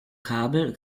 kabel